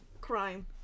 Crime